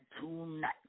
tonight